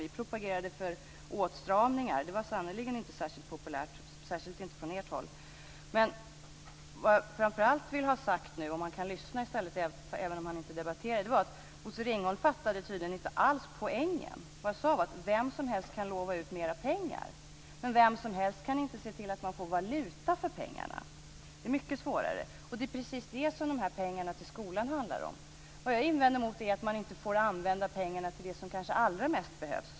Vi propagerade för åtstramningar. Det var sannerligen inte särskilt populärt, särskilt inte från ert håll. Men vad jag framför allt ville ha sagt - finansministern kan ju lyssna, även om han inte debatterar - var att Bosse Ringholm tydligen inte alls fattade poängen. Vad jag sade var att vem som helst kan lova ut mer pengar, men vem som helst kan inte se till att man får valuta för pengarna. Det är mycket svårare. Det är precis det som de här pengarna till skolan handlar om. Vad jag invänder emot är att man inte får använda pengarna till det som kanske allra mest behövs.